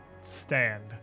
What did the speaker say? stand